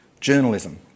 journalism